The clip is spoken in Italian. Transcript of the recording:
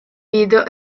video